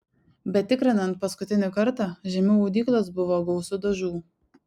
bet tikrinant paskutinį kartą žemiau audyklos buvo gausu dažų